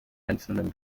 einzelnen